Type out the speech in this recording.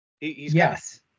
Yes